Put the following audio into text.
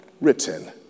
written